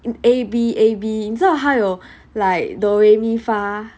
in A B A B 你知道他有 like do re mi fa